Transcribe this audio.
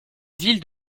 ville